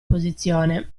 posizione